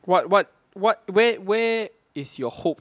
what what what where where is your hope